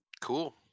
cool